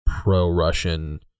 pro-Russian